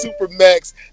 Supermax